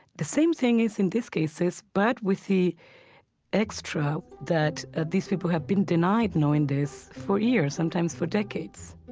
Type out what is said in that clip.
the same thing is in these cases, but with the extra that ah these people have been denied knowing this for years, sometimes for decades